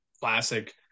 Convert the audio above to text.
classic